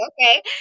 okay